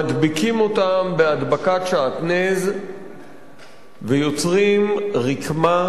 מדביקים אותם בהדבקת שעטנז ויוצרים רקמה